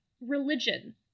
religion